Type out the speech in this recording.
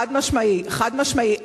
נכון, חד-משמעי, חד-משמעי.